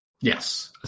Yes